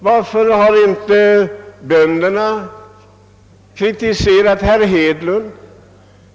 Varför har inte bönderna kritiserat herr Hedlund?